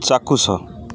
ଚାକ୍ଷୁଷ